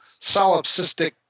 solipsistic